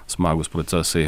smagūs procesai